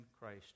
Christ